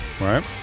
right